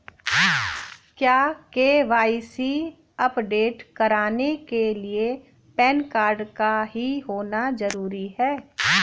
क्या KYC update कराने के लिए पैन कार्ड का ही होना जरूरी है?